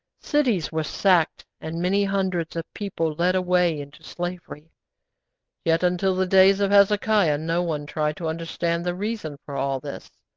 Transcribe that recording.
cities were sacked, and many hundreds of people led away into slavery yet, until the days of hezekiah, no one tried to understand the reason for all this.